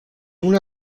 una